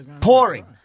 pouring